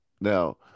Now